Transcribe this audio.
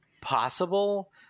possible